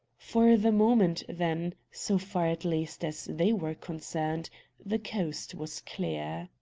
for the moment, then so far, at least, as they were concerned the coast was clear.